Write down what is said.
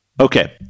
okay